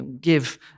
give